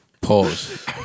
Pause